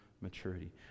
maturity